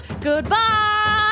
Goodbye